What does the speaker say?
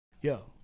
Yo